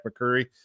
McCurry